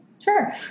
Sure